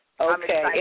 Okay